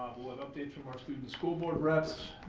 we'll have updates from our student school board reps,